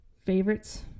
favorites